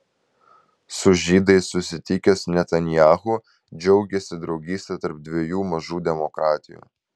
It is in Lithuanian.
su žydais susitikęs netanyahu džiaugėsi draugyste tarp dviejų mažų demokratijų